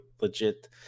legit